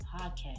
Podcast